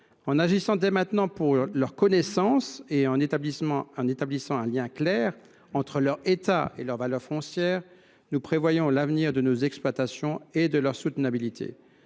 En agissant dès maintenant pour leur connaissance et en établissant un lien clair entre leur état et leur valeur foncière, nous assurons l’avenir de nos exploitations et leur soutenabilité.